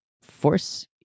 force